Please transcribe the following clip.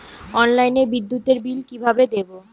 অনলাইনে বিদ্যুতের বিল কিভাবে দেব?